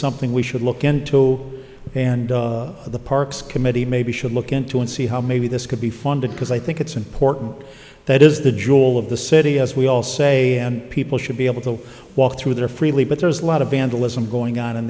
something we should look into and the parks committee maybe should look into and see how maybe this could be funded because i think it's important that is the jewel of the city as we all say and people should be able to walk through there freely but there's a lot of vandalism going on in